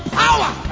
power